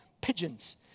pigeons